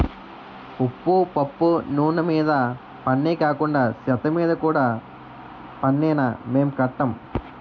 ఉప్పు పప్పు నూన మీద పన్నే కాకండా సెత్తమీద కూడా పన్నేనా మేం కట్టం